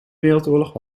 wereldoorlog